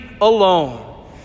alone